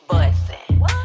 Bussin